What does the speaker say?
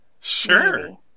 Sure